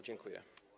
Dziękuję.